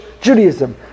Judaism